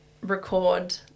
record